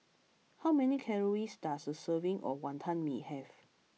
how many calories does a serving of Wonton Mee have